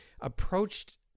approached